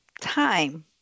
time